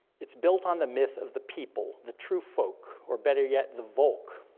it's built on the myth of the people, the true folk, or better yet, the volk,